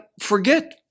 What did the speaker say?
forget